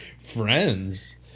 friends